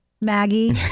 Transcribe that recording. Maggie